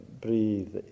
breathe